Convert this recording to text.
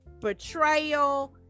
betrayal